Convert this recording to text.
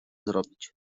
zrobić